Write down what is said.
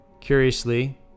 Curiously